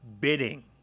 bidding